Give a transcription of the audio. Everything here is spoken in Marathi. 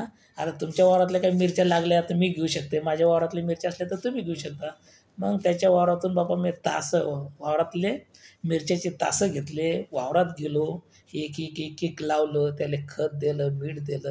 आता तुमच्या वावरातल्या काय मिरच्या लागल्यात तर मी घेऊ शकते माझ्या वावरतल्या मिरच्या असल्या तर तुम्ही घेऊ शकता मग त्याच्या वावरातून बापा मी तासं वावरातले मिरच्याचे तासं घेतले वावरात गेलो एक एक एक एक लावलं त्याला खत दिलं बीड दिलं